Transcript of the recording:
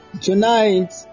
Tonight